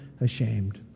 ashamed